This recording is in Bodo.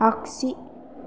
आग्सि